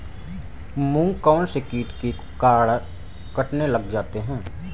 मूंग कौनसे कीट के कारण कटने लग जाते हैं?